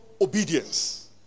obedience